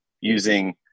using